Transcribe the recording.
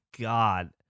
God